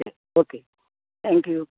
okay okay thank you